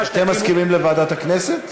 מה, אתם, מסכימים לוועדת הכנסת?